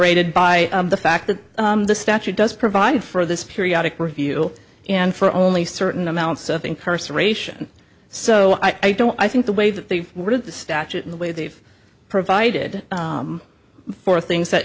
ameliorated by the fact that the statute does provide for this periodic review and for only certain amounts of incarceration so i don't i think the way that they were to the statute in the way they've provided for things that